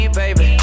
baby